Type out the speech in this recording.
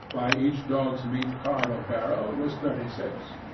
by each dogs'-meat cart or barrow, was thirty-six.